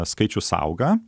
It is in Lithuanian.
skaičius auga